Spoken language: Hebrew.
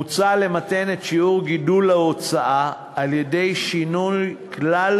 מוצע למתן את שיעור גידול ההוצאה על-ידי שינוי כלל